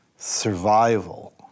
survival